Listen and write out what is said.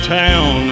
town